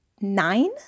Nine